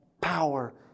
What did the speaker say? power